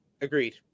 Agreed